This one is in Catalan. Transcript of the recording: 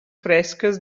fresques